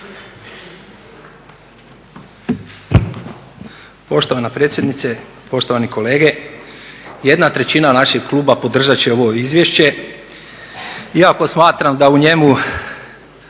Poštovana predsjednice, poštovani kolege. Jedna trećina našeg kluba podržat će ovo izvješće, iako smatram da u njemu